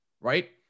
right